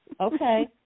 Okay